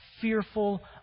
fearful